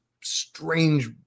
strange